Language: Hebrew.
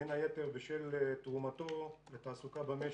בין היתר בשל תרומתו לתעסוקה במשק.